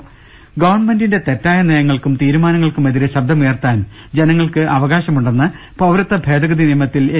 ദർവ്വട്ടെഴ ഗവൺമെന്റിന്റെ തെറ്റായ നയങ്ങൾക്കും തീരുമാനങ്ങൾക്കുമെതിരെ ശബ്ദമുയർത്താൻ ജനങ്ങൾക്കവകാശമുണ്ടെന്ന് പൌരത്വ ഭേദഗതി നിയമ ത്തിൽ എൻ